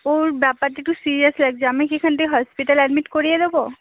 ওর ব্যাপারটা একটু সিরিয়াস লাগছে আমি কি এখান থেকে হসপিটাল অ্যাডমিট করিয়ে দেবো